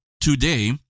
today